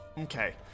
Okay